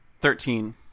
Thirteen